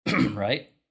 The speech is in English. right